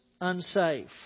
unsafe